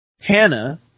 Hannah